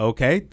Okay